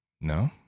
No